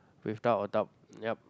without a doubt yup